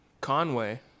Conway